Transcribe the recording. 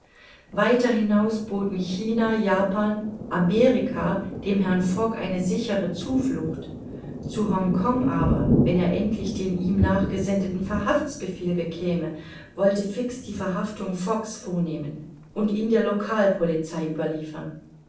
weiter hinaus boten china japan amerika dem herrn fogg eine sichere zuflucht zu hongkong aber wenn er endlich den ihm nachgesendeten verhaftsbefehl bekäme wollte fix die verhaftung foggs vornehmen und ihn der localpolizei überliefern